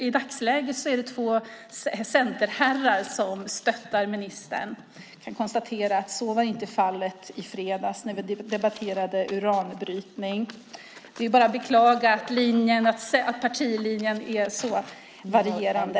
I dagsläget är det två centerherrar som stöttar ministern. Jag kan konstatera att så inte var fallet i fredags när vi debatterade uranbrytning. Det är bara att beklaga att partilinjen är så varierande.